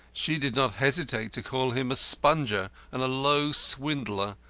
she did not hesitate to call him a sponger and a low swindler,